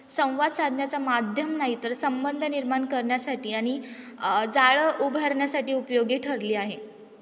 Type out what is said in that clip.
संवाद साधण्याचा माध्यम नाही तर संबंध निर्माण करण्यासाठी आणि जाळं उभारण्यासाठी उपयोगी ठरले आहे